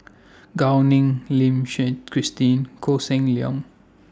Gao Ning Lim Suchen Christine Koh Seng Leong